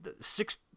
six